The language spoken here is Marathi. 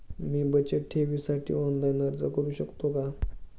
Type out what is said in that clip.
मी बचत ठेवीसाठी ऑनलाइन अर्ज करू शकतो का?